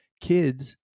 kids